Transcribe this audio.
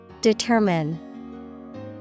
Determine